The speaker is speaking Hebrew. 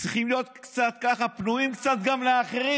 צריכים להיות פנויים גם לאחרים,